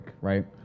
right